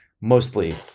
mostly